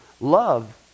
Love